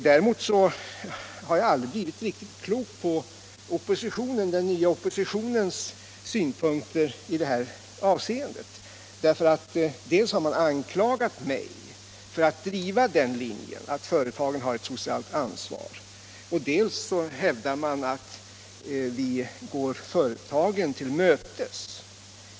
Däremot har jag aldrig blivit riktigt klok på den nya oppositionens synpunkter i dessa sammanhang. Dels anklagar man mig för att driva den linjen, att företagen har ett socialt ansvar, dels hävdar man att vi går företagen till mötes.